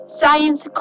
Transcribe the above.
science